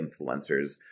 influencers